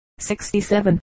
67